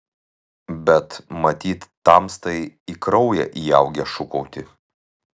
bet matyt tamstai į kraują įaugę šūkauti